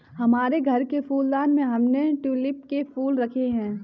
हमारे घर के फूलदान में हमने ट्यूलिप के फूल रखे हैं